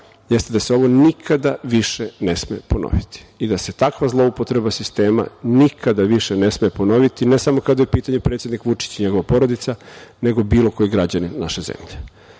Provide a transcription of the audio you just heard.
jeste da se ovo nikada više ne sme ponoviti i da se takva zloupotreba sistema nikada više ne sme ponoviti, ne samo kada je u pitanju predsednik Vučić i njegova porodica, nego bilo koji građanin naše zemlje.